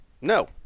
No